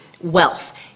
wealth